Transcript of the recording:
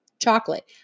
chocolate